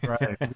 right